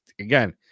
again